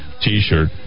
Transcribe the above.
t-shirt